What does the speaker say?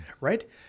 right